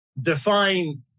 define